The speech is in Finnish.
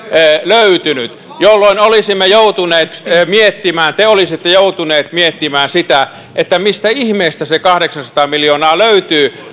löytynyt jolloin olisimme joutuneet miettimään te olisitte joutuneet miettimään sitä että mistä ihmeestä se kahdeksansataa miljoonaa löytyy